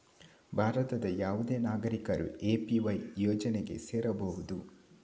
ಭಾರತದ ಯಾವುದೇ ನಾಗರಿಕರು ಎ.ಪಿ.ವೈ ಯೋಜನೆಗೆ ಸೇರಬಹುದು